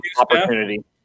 opportunity